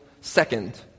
second